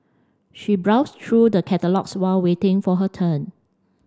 she browsed through the catalogues while waiting for her turn